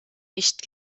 nicht